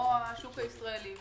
כמו השוק הישראלי,